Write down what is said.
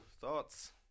Thoughts